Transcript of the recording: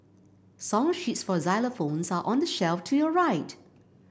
song sheets for xylophones are on the shelf to your right